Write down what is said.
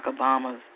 Obama's